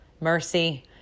mercy